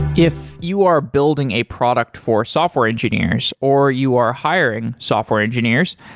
if you are building a product for software engineers or you are hiring software engineers,